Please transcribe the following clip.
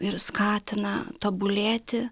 ir skatina tobulėti